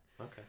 Okay